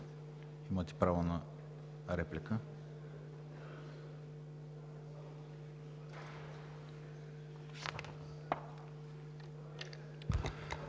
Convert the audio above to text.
имате право на реплика.